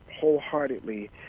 wholeheartedly